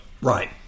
Right